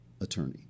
attorney